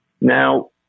Now